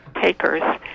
takers